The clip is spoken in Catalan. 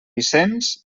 vicenç